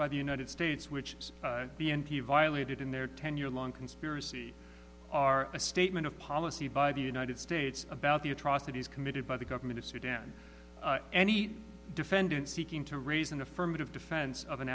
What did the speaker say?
by the united states which b n p violated in their ten year long conspiracy are a statement of policy by the united states about the atrocities committed by the government of sudan any defendant seeking to raise an affirmative defense of an